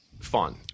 fun